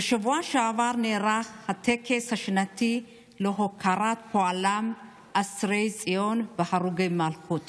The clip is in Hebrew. בשבוע שעבר נערך הטקס השנתי להוקרת פועלם של אסירי ציון והרוגי המלכות